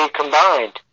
combined